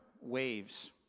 waves